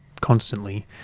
constantly